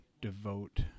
devote